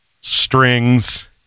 strings